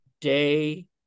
day